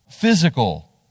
physical